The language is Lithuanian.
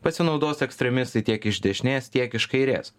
pasinaudos ekstremistai tiek iš dešinės tiek iš kairės